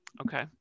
Okay